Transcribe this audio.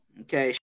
Okay